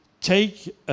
take